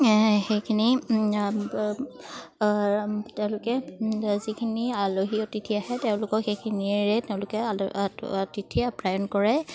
সেইখিনি তেওঁলোকে যিখিনি আলহী অতিথি আহে তেওঁলোকক সেইখিনিয়েৰে তেওঁলোকে অতিথি আপ্যায়ন কৰে